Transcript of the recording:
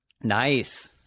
Nice